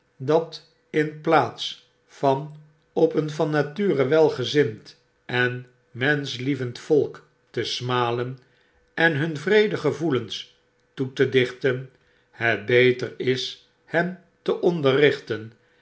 dat in plaats van op een van nature welgezind en menschlievend volk te smalen en hun wreede gevoelens toe te dichten het beter is hen te